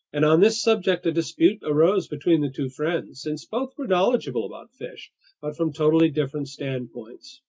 and on this subject a dispute arose between the two friends, since both were knowledgeable about fish, but from totally different standpoints.